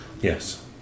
Yes